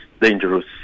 dangerous